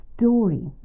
story